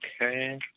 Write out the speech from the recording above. Okay